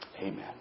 amen